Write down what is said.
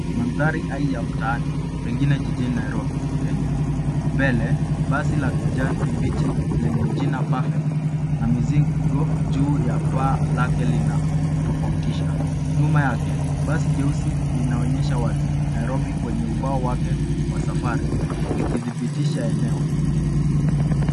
Mandhari hai ya mtaani, pengine jijini Nairobi, Kenya. Mbele, basi la kijani kibichi lenye jina, perfect, na mizigo juu ya paa lake linatofautisha. Nyuma yake basi jeusi linaonyesha wazi Nairobi kwenye ubao wake likidhibitisha eneo.